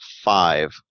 five